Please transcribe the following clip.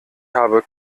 habe